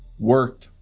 worked,